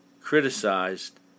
criticized